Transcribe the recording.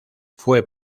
fue